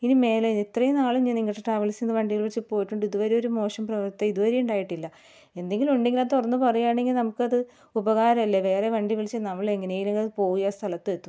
ഇനി മേലാൽ ഇത്രയും നാളും ഞാൻ നിങ്ങളുടെ ട്രാവൽസിൽ നിന്ന് വണ്ടി വിളിച്ച് പോയിട്ടുണ്ട് ഇതുവരെ ഒരു മോശം പ്രവർത്തി ഇതുവരെ ഉണ്ടായിട്ടില്ല എന്തെങ്കിലും ഉണ്ടെങ്കി അത് തൊറന്നു പറയാണെങ്കി നമക്കത് ഉപകാരല്ലേ വേറെ വണ്ടി വിളിച്ച് നമ്മൾ എങ്ങനെങ്കിലും പോയി ആ സ്ഥലത്ത് എത്തും